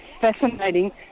fascinating